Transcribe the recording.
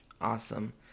Awesome